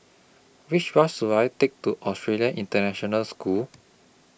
Which Bus should I Take to Australian International School